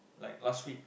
like last week